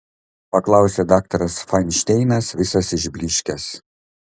paklausė daktaras fainšteinas visas išblyškęs